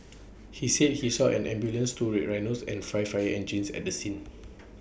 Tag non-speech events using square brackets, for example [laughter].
he said he saw an ambulance two red Rhinos and five fire [noise] engines at the scene